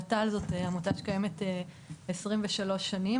נט"ל היא עמותה שקיימת 23 שנים,